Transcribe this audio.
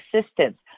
assistance